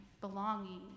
belonging